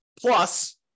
Plus